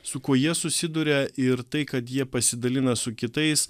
su kuo jie susiduria ir tai kad jie pasidalina su kitais